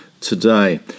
today